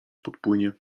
podpłynie